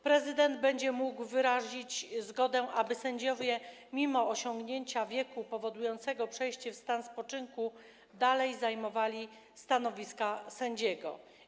Prezydent będzie mógł wyrazić zgodę, aby sędziowie mimo osiągnięcia wieku powodującego przejście w stan spoczynku dalej zajmowali stanowiska sędziego.